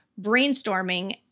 brainstorming